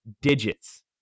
digits